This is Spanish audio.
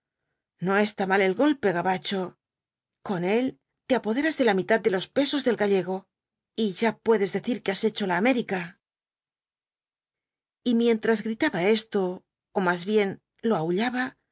no está mal el golpe gabacho con él te apoderas de la mitad de los pesos del gallego y ya puedes decir que has hecho la américa y mientras gritaba esto ó más bien lo aullaba